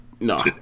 no